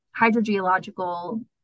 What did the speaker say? hydrogeological